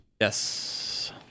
Yes